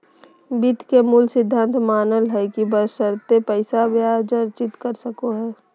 वित्त के मूल सिद्धांत मानय हइ कि बशर्ते पैसा ब्याज अर्जित कर सको हइ